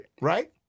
Right